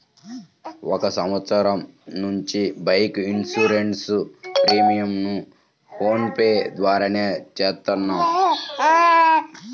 ఒక సంవత్సరం నుంచి బైక్ ఇన్సూరెన్స్ ప్రీమియంను ఫోన్ పే ద్వారానే చేత్తన్నాం